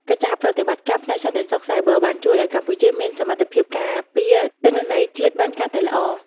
កិច្ចសហប្រតិបត្តិការផ្នែកសន្តិសុខសាយប័របានជួយឱ្យកម្ពុជាមានសមត្ថភាពការពារទិន្នន័យជាតិបានកាន់តែល្អ។